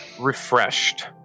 refreshed